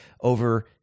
Over